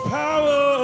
power